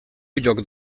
lloc